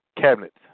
cabinet